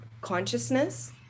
consciousness